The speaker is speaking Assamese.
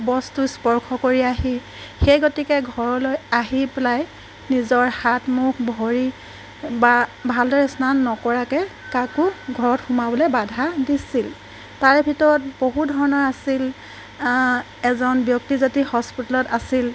বস্তু স্পৰ্শ কৰি আহি সেই গতিকে ঘৰলৈ আহি পেলাই নিজৰ হাত মুখ ভৰি বা ভালদৰে স্নান নকৰাকৈ কাকো ঘৰত সোমাবলৈ বাধা দিছিল তাৰে ভিতৰত বহু ধৰণৰ আছিল এজন ব্যক্তি যদি হস্পিটেলত আছিল